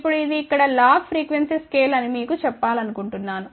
ఇప్పుడుఇది ఇక్కడ log frequency scale అని మీకు చెప్పాలనుకుంటున్నాను